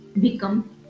become